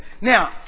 now